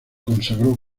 consagró